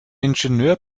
ingenieur